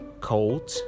cold